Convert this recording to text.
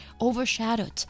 overshadowed